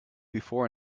before